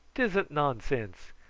tisn't nonsense!